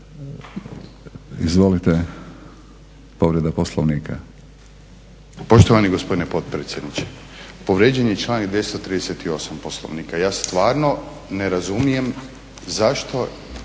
Izvolite, povreda Poslovnika.